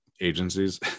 agencies